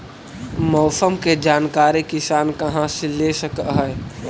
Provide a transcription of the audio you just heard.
मौसम के जानकारी किसान कहा से ले सकै है?